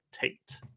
Tate